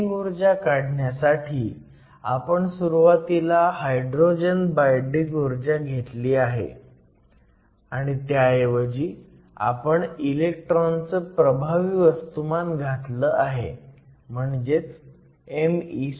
binding ऊर्जा काढण्यासाठी आपण सुरुवातीला हायड्रोजनची बाईंडिंग ऊर्जा घेतली आहे आणि त्याऐवजी आपण इलेक्ट्रॉनचं प्रभावी वस्तुमान घातलं आहे म्हणजे me